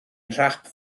nhrap